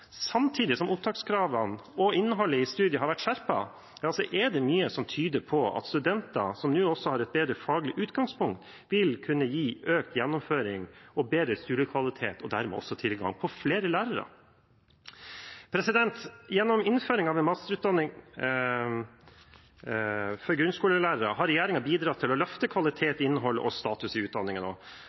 samtidig som opptakskravene og innholdet i studiet har blitt skjerpet, er det mye som tyder på at studenter, som nå også har et bedre faglig utgangspunkt, vil kunne gi økt gjennomføring og bedre studiekvalitet og dermed også tilgang på flere lærere. Gjennom innføringen av masterutdanning for grunnskolelærere har regjeringen bidratt til å løfte kvalitet, innhold og status i utdanningen.